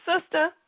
Sister